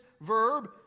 verb